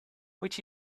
which